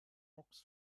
box